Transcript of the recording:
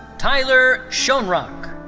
tyler schoenrock.